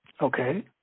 Okay